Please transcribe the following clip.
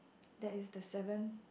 that is the seventh